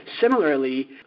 Similarly